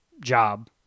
job